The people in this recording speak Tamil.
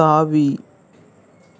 தாவி